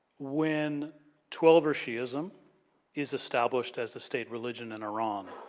when twelver shi'ism is established as a state religion in iran.